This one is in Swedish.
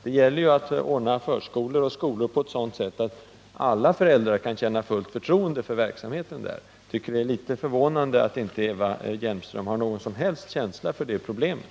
Det gäller att ordna förskolor och skolor på ett sådant sätt att alla föräldrar kan känna fullt förtroende för verksamheten där. Det är förvånande att Eva Hjelmström inte har någon som helst känsla för det problemet.